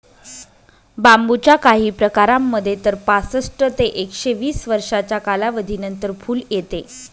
बांबूच्या काही प्रकारांमध्ये तर पासष्ट ते एकशे वीस वर्षांच्या कालावधीनंतर फुल येते